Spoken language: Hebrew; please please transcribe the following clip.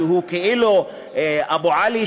שהוא כאילו "אבו עלי",